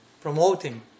Promoting